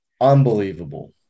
unbelievable